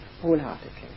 wholeheartedly